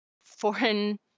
foreign